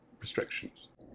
restrictions